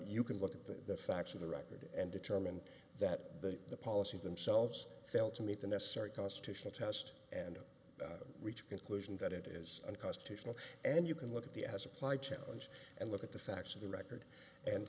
you can look at the facts in the record and determine that the the policies themselves failed to meet the necessary constitutional test and reach a conclusion that it is unconstitutional and you can look at the as applied challenge and look at the facts of the record and